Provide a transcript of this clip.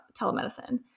telemedicine